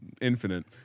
infinite